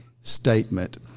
statement